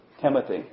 Timothy